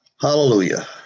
Hallelujah